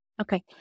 Okay